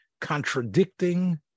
Contradicting